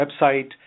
website